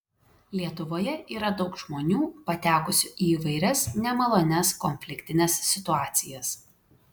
lietuvoje yra daug žmonių patekusių į įvairias nemalonias konfliktines situacijas